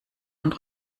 und